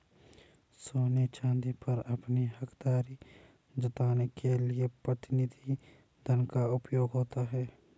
सोने चांदी पर अपनी हकदारी जताने के लिए प्रतिनिधि धन का उपयोग होता है